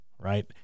right